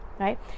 right